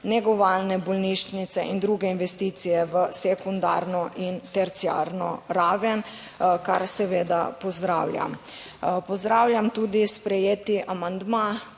negovalne bolnišnice in druge investicije v sekundarno in terciarno raven, kar seveda pozdravljam. Pozdravljam tudi sprejeti amandma